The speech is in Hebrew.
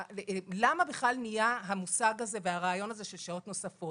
למה בכלל התפתח המושג והרעיון הזה של שעות נוספות?